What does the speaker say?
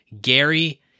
Gary